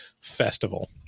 festival